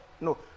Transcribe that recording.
No